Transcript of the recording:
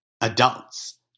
adults